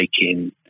taking